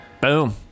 Boom